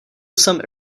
some